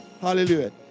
hallelujah